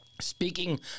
speaking